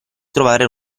trovare